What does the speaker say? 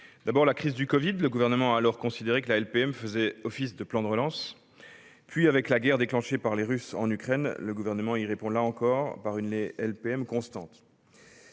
D'abord, avec la crise du covid-19 : le Gouvernement a alors considéré que la LPM faisait office de plan de relance. Puis, avec la guerre déclenchée par les Russes en Ukraine : le Gouvernement y répond, là encore, à LPM constante.